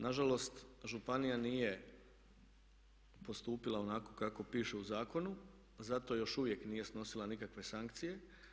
Nažalost županija nije postupila onako kako piše u zakonu zato još uvijek nije snosila nikakve sankcije.